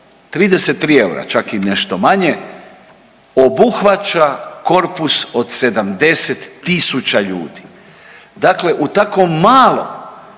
33 eura, čak i nešto manje, obuhvaća korpus od 70 tisuća ljudi. Dakle u tako malo